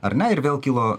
ar ne ir vėl kilo